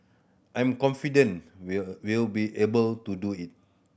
I'm confident we'll will be able to do it